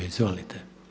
Izvolite.